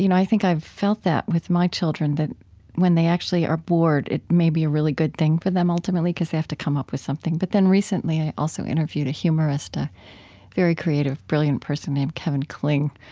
you know i think i've felt that with my children. when they actually are bored, it may be a really good thing for them ultimately because they have to come up with something. but then recently, i also interviewed a humorist, a very creative, brilliant person named kevin kling,